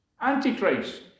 antichrist